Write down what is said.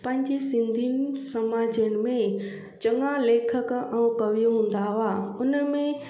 पंहिंजे सिंधियुनि समाजनि में चंङा लेखक ऐं कवि हूंदा हुआ हुन में